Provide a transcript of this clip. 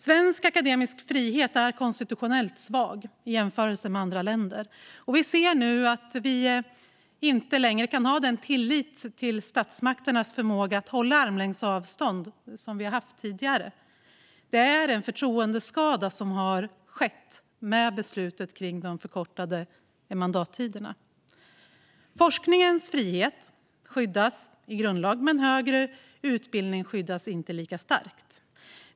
Svensk akademisk frihet är konstitutionellt svag i jämförelse med andra länder. Vi ser nu att vi inte längre kan ha den tillit till statsmakternas förmåga att hålla armlängds avstånd som vi har haft tidigare. Det är en förtroendeskada som har skett i och med beslutet om de förkortade mandattiderna. Forskningens frihet skyddas i grundlag, men högre utbildning skyddas inte lika starkt.